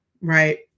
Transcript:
right